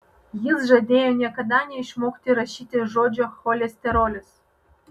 jis žadėjo niekada neišmokti rašyti žodžio cholesterolis